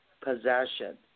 possession